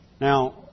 Now